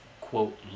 quote